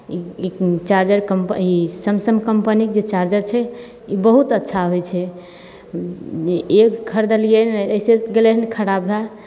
ई ई charger company ई Samsung कंपनीके जे चार्जर छै ई बहुत अच्छा होइ छै एक खरदलियै से गेलय हन खराब भए